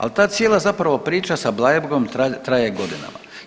Ali ta cijela zapravo priča sa Bleiburgom traje godinama.